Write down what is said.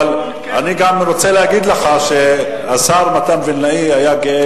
אבל אני גם רוצה להגיד לך שהשר מתן וילנאי היה גאה